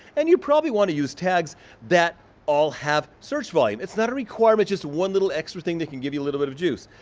and you probably wanna use tags that all have search volume. it's not a requirement, just one little extra thing that can give you a little bit of juice.